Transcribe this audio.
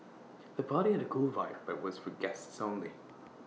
the party had A cool vibe but was for guests only